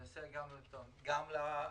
גם לחרדים,